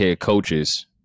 coaches